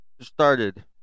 started